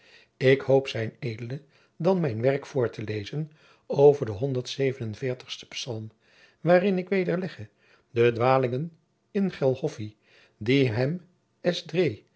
ik hoop zijn ed dan mijn werk voor te lezen over den honderd zeven en veertigsten psalm waarin ik wederlegge de dwalingen ingelhoffi die hem